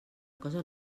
cosa